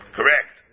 Correct